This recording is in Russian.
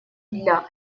для